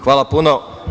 Hvala puno.